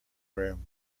room